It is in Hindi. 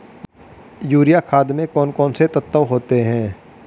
यूरिया खाद में कौन कौन से तत्व होते हैं?